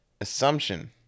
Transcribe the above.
assumption